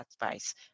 advice